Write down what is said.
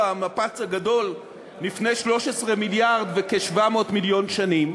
המפץ הגדול לפני 13 מיליארד וכ-700 מיליון שנים,